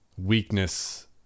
weakness